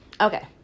Okay